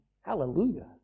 Hallelujah